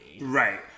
Right